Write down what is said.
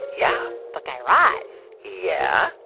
yeah but guy raz yeah?